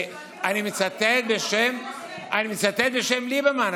אני מצטט בשם ליברמן,